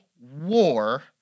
war